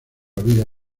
vida